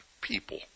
people